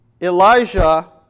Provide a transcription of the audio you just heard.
Elijah